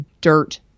dirt